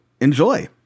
Enjoy